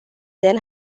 then